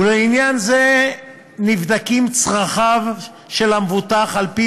ולעניין זה נבדקים צרכיו של המבוטח על-פי